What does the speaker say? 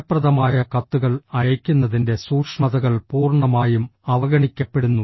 ഫലപ്രദമായ കത്തുകൾ അയയ്ക്കുന്നതിന്റെ സൂക്ഷ്മതകൾ പൂർണ്ണമായും അവഗണിക്കപ്പെടുന്നു